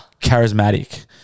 charismatic